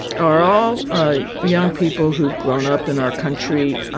are all ah young people who've grown up in our country.